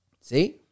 See